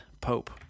pope